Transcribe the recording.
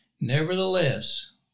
Nevertheless